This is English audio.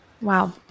wow